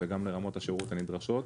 וגם לרמות השירות הנדרשות,